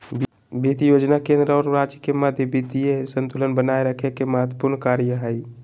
वित्त योजना केंद्र और राज्य के मध्य वित्तीय संतुलन बनाए रखे के महत्त्वपूर्ण कार्य हइ